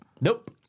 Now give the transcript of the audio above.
Nope